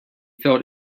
felt